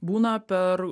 būna per